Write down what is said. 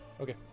Okay